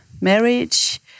marriage